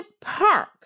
Park